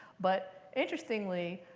but interestingly,